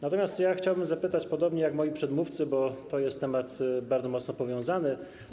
Natomiast ja chciałbym zapytać podobnie jak moi przedmówcy, bo to jest temat bardzo mocno powiązany.